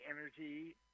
energy